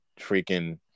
freaking